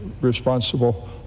responsible